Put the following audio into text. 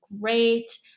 great